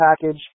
package